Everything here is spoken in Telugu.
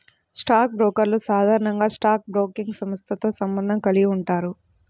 స్టాక్ బ్రోకర్లు సాధారణంగా స్టాక్ బ్రోకింగ్ సంస్థతో సంబంధం కలిగి ఉంటారు